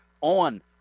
on